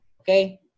okay